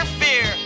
fear